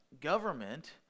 government